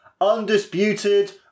undisputed